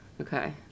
Okay